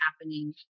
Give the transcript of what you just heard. happening